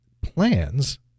plans